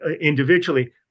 individually